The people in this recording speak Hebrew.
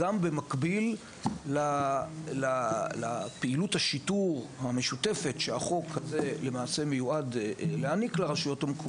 במקביל לפעילות השיטור המשותפת שהחוק הזה למעשה מיועד להעניק לרשויות,